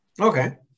Okay